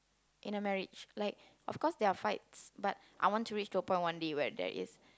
in a marriage like of course there are fights but I want to reach to a point one day whatever that day is